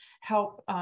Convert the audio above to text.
help